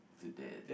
to that